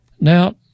Now